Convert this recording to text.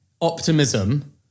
optimism